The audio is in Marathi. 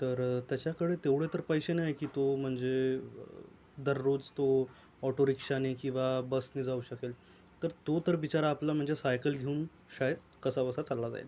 तर त्याच्याकडे तेवढे तर पैसे नाही की तो म्हणजे दररोज तो ऑटोरिक्षाने किंवा बसने जाऊ शकेल तर तो तर बिचारा आपला म्हणजे सायकल घेऊन शाळेत कसा बसा चालला जाईल